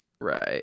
Right